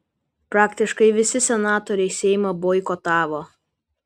praktiškai visi senatoriai seimą boikotavo